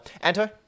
Anto